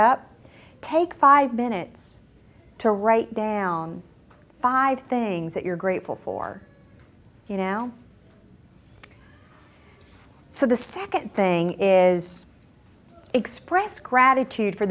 up take five minutes to write down five things that you're grateful for you now so the second thing is express gratitude for